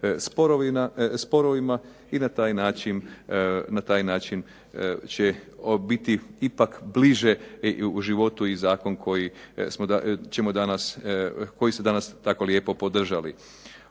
sporovima i na taj način će biti ipak bliže u životu i zakon koji ste danas tako lijepo podržali.